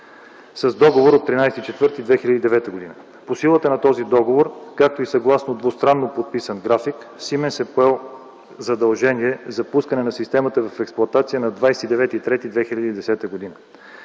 с договор от 13 април 2009 г. По силата на този договор, както и съгласно двустранно подписан график, „Siemens” е поел задължение за пускане на системата в експлоатация на 29 март 2010 г.